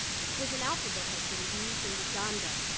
the prison alphabet has been used in uganda,